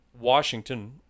Washington